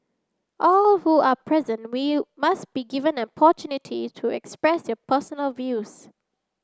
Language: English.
all who are present we must be given an opportunity to express their personal views